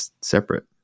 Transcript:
separate